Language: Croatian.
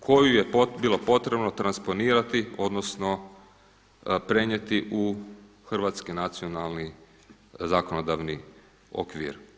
koju je bilo potrebno transponirati odnosno prenijeti u hrvatski nacionalni zakonodavni okvir.